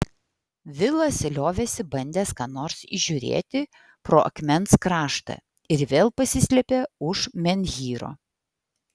vilas liovėsi bandęs ką nors įžiūrėti pro akmens kraštą ir vėl pasislėpė už menhyro